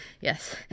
Yes